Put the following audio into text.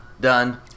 done